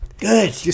Good